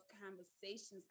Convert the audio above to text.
conversations